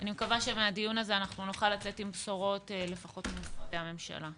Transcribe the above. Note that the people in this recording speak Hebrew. אני מקווה שמהדיון הזה אנחנו נוכל לצאת עם בשורות לפחות ממשרדי הממשלה.